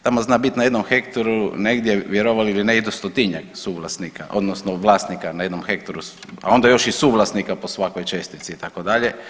Tamo zna biti na jednom hektaru vjerovali ili ne i do stotinjak suvlasnika, odnosno vlasnika na jednom hektaru, a onda još i suvlasnika po svakoj čestici itd.